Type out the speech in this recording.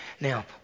Now